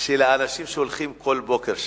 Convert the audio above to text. של האנשים שהולכים שם כל בוקר.